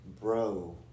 bro